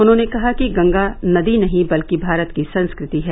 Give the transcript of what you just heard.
उन्होंने कहा कि गंगा नदी नहीं बल्कि भारत की संस्कृति है